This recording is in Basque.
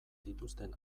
dituzten